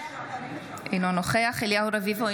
אינו נוכח אליהו רביבו,